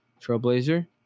trailblazer